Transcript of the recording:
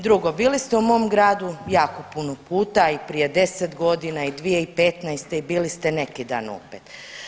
Drugo bili ste u mom gradu jako puno puta i prije 10 godina i 2015. i bili ste neki dan opet.